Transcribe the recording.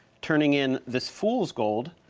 turning in this fool's gold.